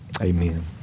Amen